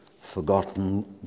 forgotten